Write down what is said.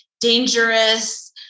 dangerous